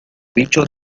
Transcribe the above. dicho